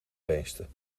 beesten